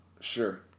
Sure